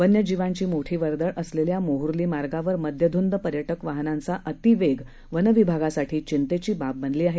वन्यजीवांची मोठी वर्दळ असलेल्या मोहूर्ली मार्गावर मद्यधूंद पर्यटक वाहनांचा अतिवेग वनविभागासाठी चिंतेची बाब बनली आहे